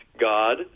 God